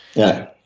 yeah.